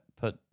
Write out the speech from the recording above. put